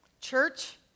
Church